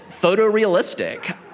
photorealistic